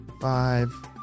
five